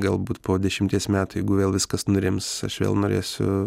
galbūt po dešimties metų jeigu vėl viskas nurims aš vėl norėsiu